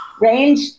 range